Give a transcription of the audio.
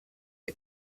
you